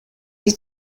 sie